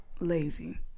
lazy